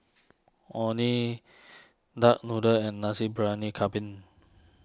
Orh Nee Duck Noodle and Nasi Briyani Kambing